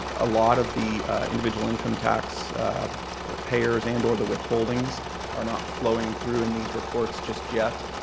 a lot of the individual income tax payers and or the withholdings are not flowing through in these reports just yet,